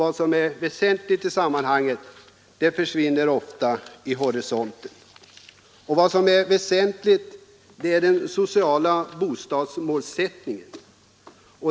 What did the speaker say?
Vad som är väsentligt i sammanhanget försvinner ofta vid horisonten. Och det väsentliga är den sociala bostadsmålsättningen.